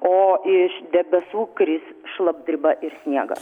o iš debesų kris šlapdriba ir sniegas